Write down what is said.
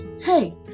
hey